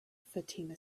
fatima